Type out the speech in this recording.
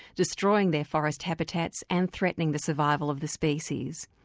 destroying their forest habitats and threatening the survival of the species.